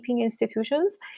institutions